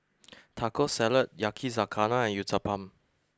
Taco Salad Yakizakana and Uthapam